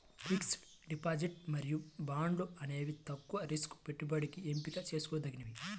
fixed deposit మరియు బాండ్లు అనేవి తక్కువ రిస్క్ పెట్టుబడికి ఎంపిక చేసుకోదగినవి